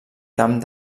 camp